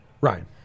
Ryan